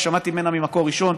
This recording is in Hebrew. ושמעתי ממנה ממקור ראשון,